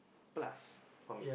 plus for me